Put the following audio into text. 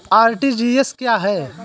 RTGS क्या है?